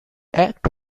act